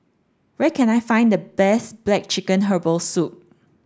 where can I find the best black chicken herbal soup